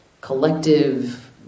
collective